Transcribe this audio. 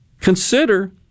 consider